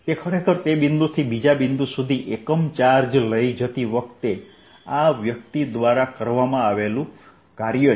તે ખરેખર તે બિંદુથી બીજા બિંદુ સુધી એકમ ચાર્જ લઈ જતી આ વખતે વ્યક્તિ દ્વારા કરવામાં આવેલું કાર્ય છે